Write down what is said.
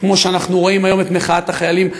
כמו שאנחנו רואים היום את מחאת החיילים,